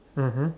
mmhmm